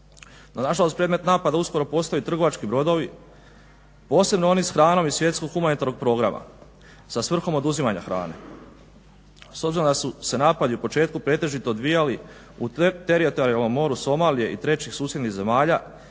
No nažalost predmet napada uskoro postaju i trgovački brodovi, posebno oni s hranom iz Svjetskog humanitarnog programa sa svrhom oduzimanja hrane. S obzirom da su se napadi u početku pretežito odvijali u teritorijalnom moru Somalije i trećih susjednih zemalja